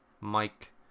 Mike